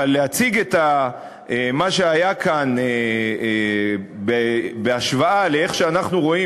אבל להציג את מה שהיה כאן בהשוואה לאיך שאנחנו רואים,